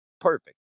Perfect